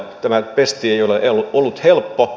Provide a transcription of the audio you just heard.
tämä pesti ei ole ollut helppo